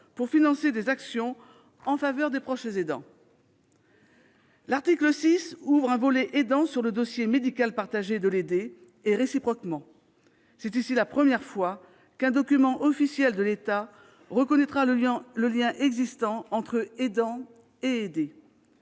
pour financer « des actions en faveur des proches aidants ». L'article 6 ouvre un volet « aidant » sur le dossier médical partagé de l'aidé, et réciproquement. C'est ici la première fois qu'un document officiel de l'État reconnaîtra le lien existant entre aidant et aidé.